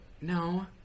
no